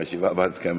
הישיבה הבאה תתקיים,